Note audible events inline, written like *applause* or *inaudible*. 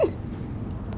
*laughs*